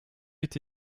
est